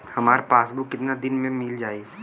हमार पासबुक कितना दिन में मील जाई?